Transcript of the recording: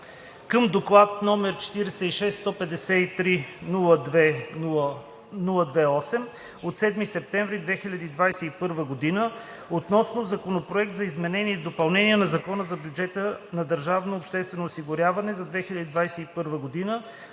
към Доклад № 46-153-02-8 от 7 септември 2021 г. относно Законопроект за изменение и допълнение на Закона за бюджета на държавното обществено осигуряване за 2021 г.,